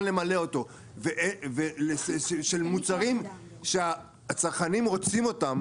למלא אותו במוצרים שהצרכנים רוצים אותם